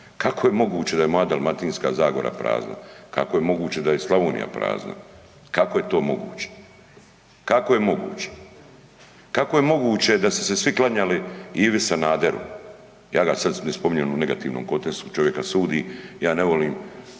kako je moguće da je moja Dalmatinska zagora prazna? Kako je moguće da je Slavonija prazna? Kako je to moguće? Kako je moguće? Kako je moguće da su se svi klanjali Ivi Sanaderu? Ja ga sada ne spominjem u negativnom kontekstu, čovjeka sudi, ja ne volim.